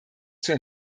zur